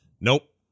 nope